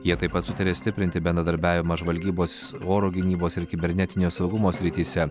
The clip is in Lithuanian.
jie taip pat sutarė stiprinti bendradarbiavimą žvalgybos oro gynybos ir kibernetinio saugumo srityse